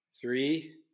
Three